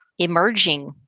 Emerging